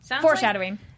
Foreshadowing